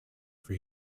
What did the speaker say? for